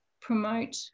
promote